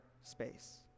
space